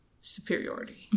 superiority